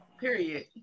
Period